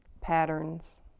patterns